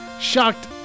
shocked